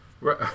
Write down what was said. Right